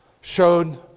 showed